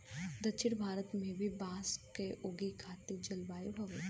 दक्षिण भारत में भी बांस के उगे खातिर जलवायु हउवे